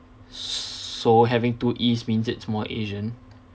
so having to Es means it's more asian